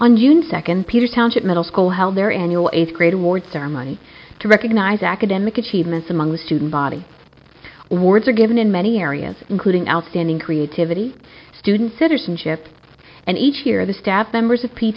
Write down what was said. on june second peter township middle school held their annual eighth grade awards ceremony to recognize academic achievements among the student body wards are given in many areas including outstanding creativity student citizenship and each year the staff members